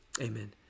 Amen